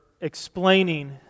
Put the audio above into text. explaining